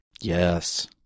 Yes